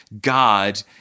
God